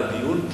לדיון,